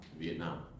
Vietnam